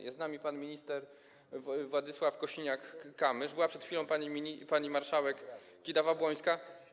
Jest z nami pan minister Władysław Kosiniak-Kamysz, była przed chwilą pani marszałek Kidawa-Błońska.